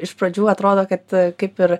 iš pradžių atrodo kad kaip ir